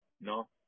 No